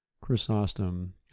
Chrysostom